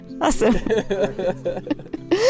Awesome